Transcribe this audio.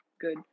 good